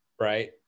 right